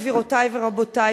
גבירותי ורבותי,